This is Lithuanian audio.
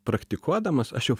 praktikuodamas aš jau